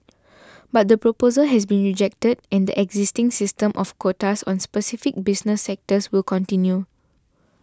but the proposal has been rejected and existing system of quotas on specific business sectors will continue